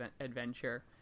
adventure